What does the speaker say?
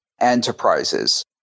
enterprises